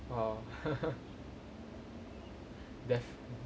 !wow! def~